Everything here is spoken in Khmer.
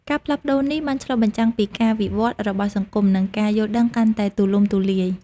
ការផ្លាស់ប្ដូរនេះបានឆ្លុះបញ្ចាំងពីការវិវត្តន៍របស់សង្គម និងការយល់ដឹងកាន់តែទូលំទូលាយ។